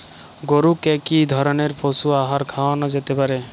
গরু কে কি ধরনের পশু আহার খাওয়ানো যেতে পারে?